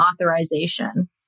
authorization